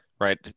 right